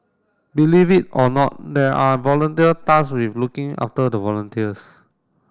believe it or not there are volunteer with looking after the volunteers